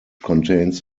contains